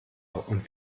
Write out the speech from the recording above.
und